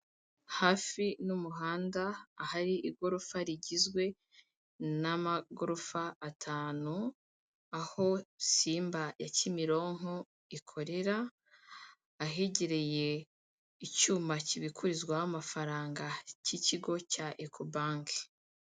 Hafi n'umuhanda, ahari igorofa rigizwe n'amagorofa atanu, aho Simba ya Kimironko ikorera, ahegereye icyuma kibikurizwaho amafaranga, cy'ikigo cya Eko banki.